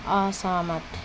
असहमत